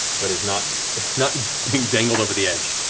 but he's not not being dangled over the edge.